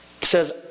says